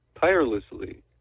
tirelessly